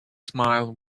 smile